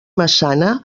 massana